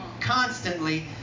constantly